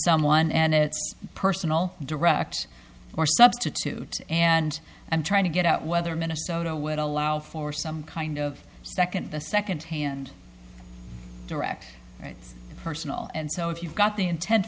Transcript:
someone and it's personal direct or substitute and i'm trying to get out whether minnesota would allow for some kind of second the second hand direct rights personal and so if you've got the intent